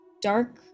dark